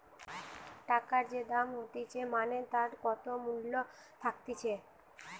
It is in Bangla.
টাকার যে দাম হতিছে মানে তার কত মূল্য থাকতিছে